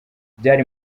byari